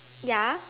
ya